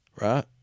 Right